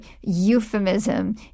euphemism